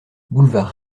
boulevard